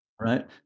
Right